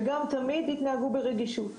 גם תמיד התנהגו ברגישות.